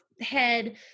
head